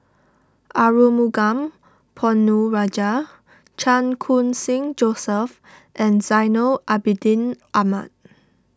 Arumugam Ponnu Rajah Chan Khun Sing Joseph and Zainal Abidin Ahmad